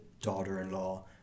daughter-in-law